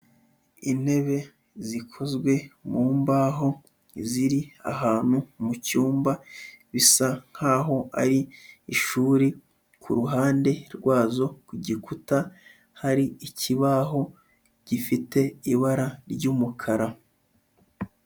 Intebe zikozwe mu mbaho ziri ahantu mu cyumba, bisa nkaho ari ishuri ku ruhande rwazo ku gikuta, hari ikibaho gifite ibara ry'umukara.